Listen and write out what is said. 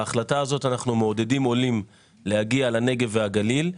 בהחלטה הזאת אנחנו מעודדים עולים להגיע לנגב והגליל.